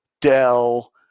Dell